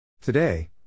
Today